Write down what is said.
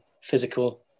physical